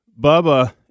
Bubba